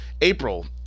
April